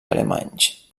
alemanys